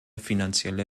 finanzielle